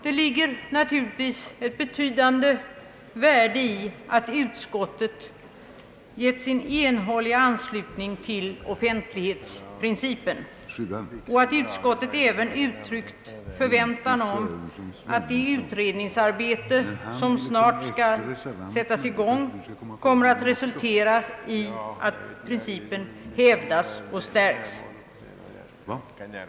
Det ligger naturligtvis ett betydande värde i att utskottet givit sin enhälliga anslutning till offentlighetsprincipen och även uttryckt förväntan om att det utredningsarbete, som snart skall sättas i gång, kommer att resultera i att principen hävdas och stärks.